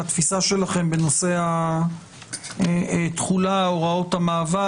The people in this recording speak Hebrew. לתפיסה שלכם בנושא התחולה והוראות המעבר,